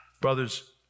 Brothers